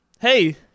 hey